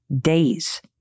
days